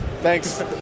Thanks